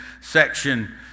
section